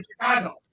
Chicago